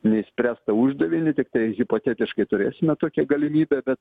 neišspręstą uždavinį tiktai hipotetiškai turėsime tokią galimybę bet